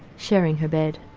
sharing her bed.